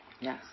Yes